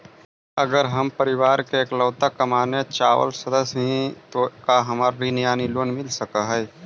अगर हम परिवार के इकलौता कमाने चावल सदस्य ही तो का हमरा ऋण यानी लोन मिल सक हई?